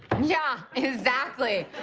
yeah, exactly,